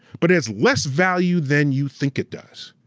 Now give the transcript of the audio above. but it has less value than you think it does,